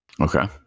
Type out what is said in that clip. Okay